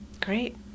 Great